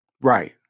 Right